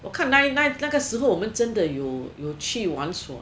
我看那个时候我们真的有有去玩耍